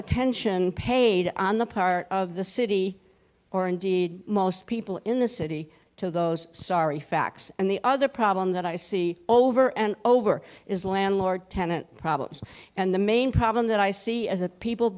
attention paid on the part of the city or indeed most people in the city to those sorry facts and the other problem that i see over and over is landlord tenant problems and the main problem that i see as a people